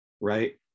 right